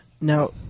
Now